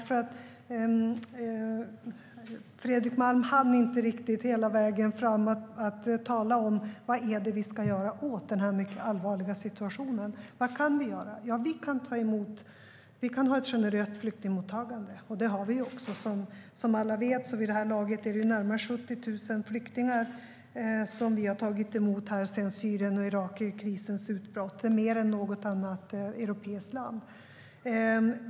Fredrik Malm hann inte riktigt hela vägen fram till att tala om: Vad är det vi ska göra åt den här mycket allvarliga situationen? Vad kan vi göra? Ja, vi kan ha ett generöst flyktingmottagande. Det har vi också, som alla vet. Vid det här laget är det närmare 70 000 flyktingar som vi har tagit emot sedan Syrien och Irakkrisens utbrott. Det är mer än något annat europeiskt land.